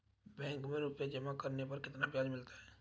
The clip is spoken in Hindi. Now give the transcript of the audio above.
बैंक में रुपये जमा करने पर कितना ब्याज मिलता है?